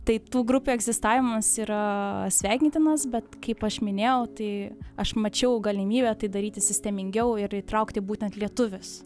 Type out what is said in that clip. tai tų grupių egzistavimas yra sveikintinas bet kaip aš minėjau tai aš mačiau galimybę tai daryti sistemingiau ir įtraukti būtent lietuvius